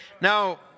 Now